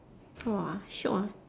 !wah! shiok ah